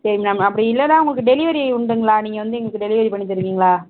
சரி மேம் அப்படி இல்லைனா உங்களுக்கு டெலிவரி உண்டுங்களா நீங்கள் வந்து எங்களுக்கு டெலிவரி பண்ணி தருவீங்களா